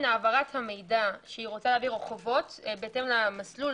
העברת המידע שהיא רוצה להעביר או חובות מסלול,